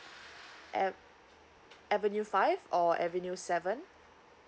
at avenue five or avenue seven